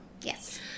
Yes